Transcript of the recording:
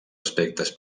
aspectes